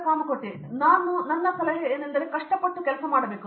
ಕಾಮಕೋಟಿ ನನ್ನ ಸಲಹೆ ನಾವು ಕಷ್ಟಪಟ್ಟು ಕೆಲಸ ಮಾಡಬೇಕೆಂದು